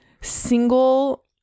single